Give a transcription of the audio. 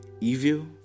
Evil